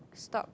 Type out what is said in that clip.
stop